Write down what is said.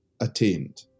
attained